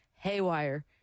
haywire